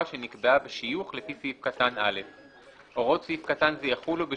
שנקבעה בשיוך לפי סעיף קטן (א); הוראות סעיף קטן זה יחולו,